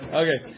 okay